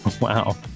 Wow